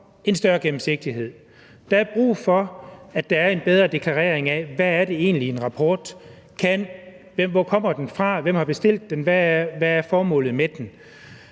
en større gennemsigtighed. Der er brug for, at der er en bedre deklarering af, hvad det egentlig er, en rapport kan, hvor den kommer fra, hvem der har bestilt den, hvad formålet med den